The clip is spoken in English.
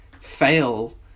fail